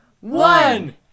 one